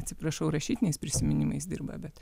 atsiprašau rašytiniais prisiminimais dirba bet